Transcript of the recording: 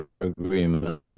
agreement